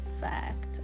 fact